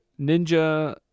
ninja